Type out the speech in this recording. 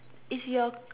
is your